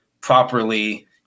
properly